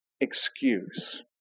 excuse